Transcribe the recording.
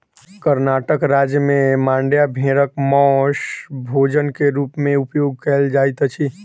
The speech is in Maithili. कर्णाटक राज्य में मांड्या भेड़क मौस भोजन के रूप में उपयोग कयल जाइत अछि